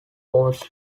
was